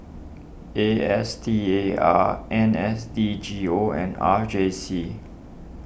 A S T A R N S D G O and R J C